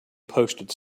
postage